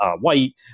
white